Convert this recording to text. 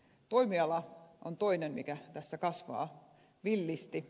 toimiala on toinen mikä tässä kasvaa villisti